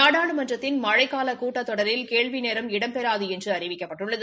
நாடாளுமன்றத்தின் மழைக்காலக் கூட்டத்தொடரில் கேள்வி நேரம் இடம்பெறாது என்று அறிவிக்கப்பட்டுள்ளது